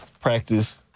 practice